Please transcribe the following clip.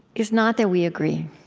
is not that we agree,